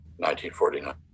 1949